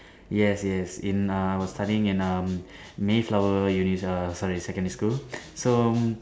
yes yes in err I was studying in um Mayflower uni err sorry secondary school so